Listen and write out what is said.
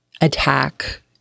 attack